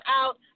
out